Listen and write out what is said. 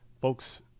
Folks